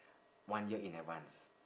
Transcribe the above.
one year in advance